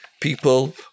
people